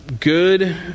good